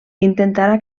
intentarà